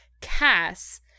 Cass